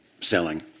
selling